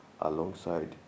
alongside